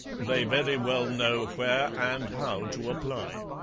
they very well know where and how to apply